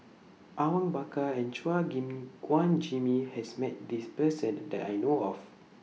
Awang Bakar and Chua Gim Guan Jimmy has Met This Person that I know of